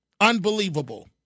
unbelievable